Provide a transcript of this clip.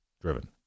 driven